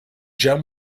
gem